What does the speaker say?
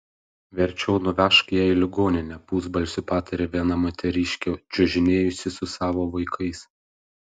verčiau nuvežk ją į ligoninę pusbalsiu patarė viena moteriškė čiuožinėjusi su savo vaikais